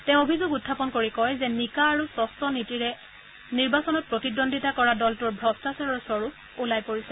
তেওঁ অভিযোগ উখাপন কৰি কয় যে নিকা আৰু স্বঙ্ছ নীতিৰে নিৰ্বাচনত প্ৰতিদ্বন্দ্বিতা কৰা দলটোৰ ভ্ৰষ্টাচাৰৰ স্বৰূপ ওলাই পৰিছে